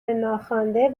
ناخوانده